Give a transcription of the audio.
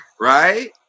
right